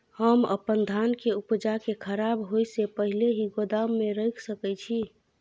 हम अपन धान के उपजा के खराब होय से पहिले ही गोदाम में रख सके छी?